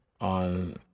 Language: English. on